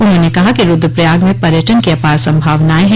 उन्होंने कहा कि रुद्रप्रयाग में पर्यटन की अपार सम्भावनाएं हैं